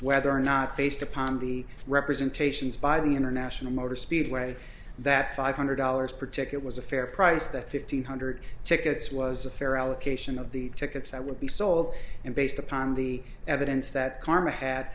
whether or not based upon the representations by the international motor speedway that five hundred dollars per ticket was a fair price that fifteen hundred tickets was a fair allocation of the tickets that would be sold and based upon the evidence that karma had